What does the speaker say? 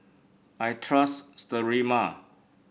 I trust Sterimar